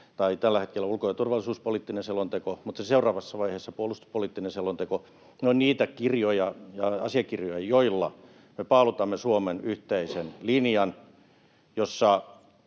— tällä hetkellä ulko- ja turvallisuuspoliittinen selonteko, ja seuraavassa vaiheessa puolustuspoliittinen selonteko. Ne ovat niitä asiakirjoja, joilla me paalutamme Suomen yhteisen linjan, jossa